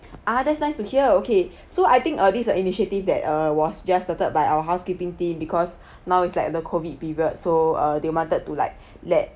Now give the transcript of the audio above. ah that's nice to hear okay so I think uh this uh initiative that was just started by our housekeeping team because now it's like the COVID period so uh they wanted to like let